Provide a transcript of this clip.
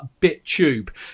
Bittube